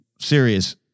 serious